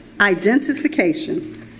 identification